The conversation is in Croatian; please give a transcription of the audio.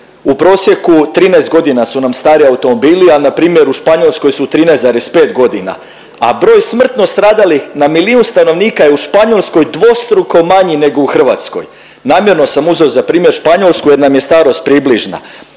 u prosjeku 13 godina su nam stari automobili, a npr. u Španjolskoj su 13,5 godina, a broj smrtno stradalih na milijun stanovnika je u Španjolskoj dvostruko manji nego u Hrvatskoj. Namjerno sam uzeo za primjer Španjolsku jer nam je starost približna.